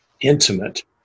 intimate